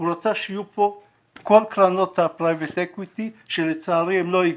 הוא רצה שיהיו פה כל קרנות הפרייבט אקוויטי שלצערי הן לא הגיעו.